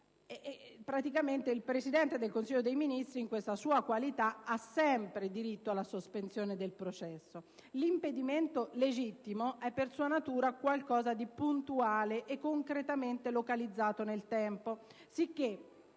il Presidente del Consiglio dei ministri, in questa sua qualità, ha sempre diritto alla sospensione del processo. L'impedimento legittimo è per sua natura qualcosa di puntuale e concretamente localizzato nel tempo,